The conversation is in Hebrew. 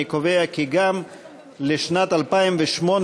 אני קובע כי גם לשנת 2018,